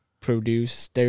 produce